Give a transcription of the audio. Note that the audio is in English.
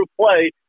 play